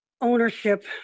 ownership